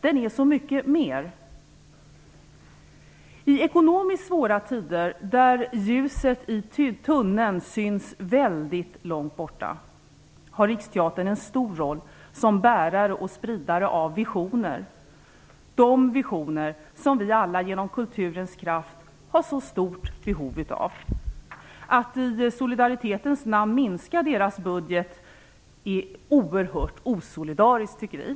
Den är så mycket mer. I ekonomiskt svåra tider, då ljuset i tunneln syns väldigt långt borta, har Riksteatern en stor roll som bärare och spridare av visioner, de visioner som vi alla genom kulturens kraft har så stort behov av. Att i solidaritetens namn minska Riksteaterns budget är oerhört osolidariskt, tycker vi.